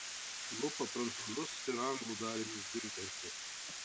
lupa prancūzus ir anglų dalinius diunkerke